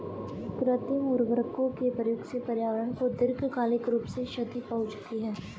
कृत्रिम उर्वरकों के प्रयोग से पर्यावरण को दीर्घकालिक रूप से क्षति पहुंचती है